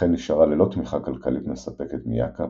ולכן נשארה ללא תמיכה כלכלית מספקת מיק"א,